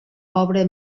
obra